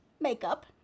Makeup